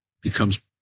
becomes